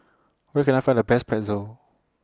Where Can I Find The Best Pretzel